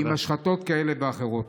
עם השחתות כאלה ואחרות.